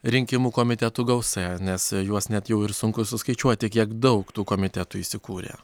rinkimų komitetų gausa nes juos net jau ir sunku suskaičiuoti kiek daug tų komitetų įsikūrė